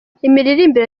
imiririmbire